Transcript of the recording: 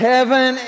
Heaven